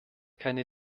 keine